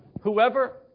whoever